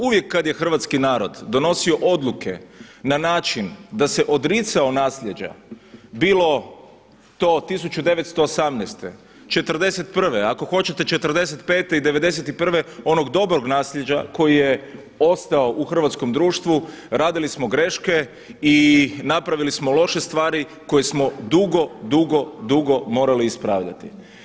Uvijek kad je hrvatski narod donosio odluke na način da se odricao nasljeđa bilo to 1918., 1941., ako hoćete 1945. i 1991. onog dobrog nasljeđa koje je ostalo u hrvatskom društvu radili smo greške i napravili smo loše stvari koje smo dugo, dugo, dugo morali ispravljati.